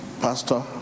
Pastor